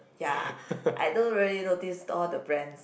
ya I don't really notice all the brands